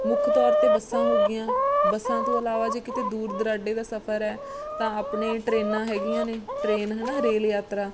ਮੁੱਖ ਤੌਰ 'ਤੇ ਬੱਸਾਂ ਹੋ ਗਈਆਂ ਬੱਸਾਂ ਤੋਂ ਇਲਾਵਾ ਜੇ ਕਿਤੇ ਦੂਰ ਦੁਰਾਡੇ ਦਾ ਸਫਰ ਹੈ ਤਾਂ ਆਪਣੇ ਟਰੇਨਾਂ ਹੈਗੀਆਂ ਨੇ ਟ੍ਰੇਨ ਹੈ ਨਾ ਰੇਲ ਯਾਤਰਾ